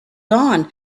dawn